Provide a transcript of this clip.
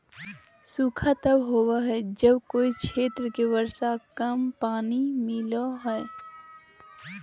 सूखा तब होबो हइ जब कोय क्षेत्र के वर्षा से कम पानी मिलो हइ